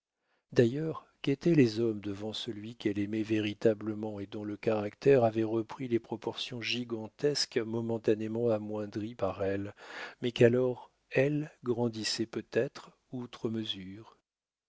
d'ailleurs qu'étaient les hommes devant celui qu'elle aimait véritablement et dont le caractère avait repris les proportions gigantesques momentanément amoindries par elle mais qu'alors elle grandissait peut-être outre mesure